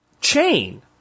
chain